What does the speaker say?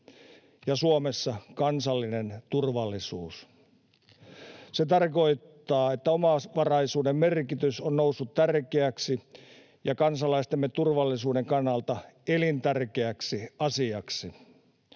Suomessa kansallinen turvallisuus tarkoittaa, että omavaraisuuden merkitys on noussut tärkeäksi ja kansalaistemme turvallisuuden kannalta elintärkeäksi asiaksi.